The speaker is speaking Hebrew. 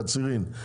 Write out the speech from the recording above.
קצרין,